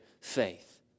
faith